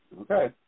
Okay